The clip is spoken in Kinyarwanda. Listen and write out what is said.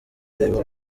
reba